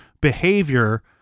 behavior